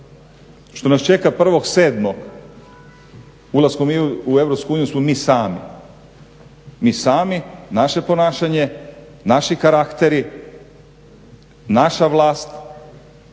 što nas čeka 1.7. ulaskom u Europsku uniju smo mi sami, mi sami, naše ponašanje, naši karakteri, naša vlast